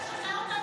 בבקשה שחרר אותנו,